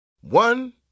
One